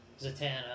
Zatanna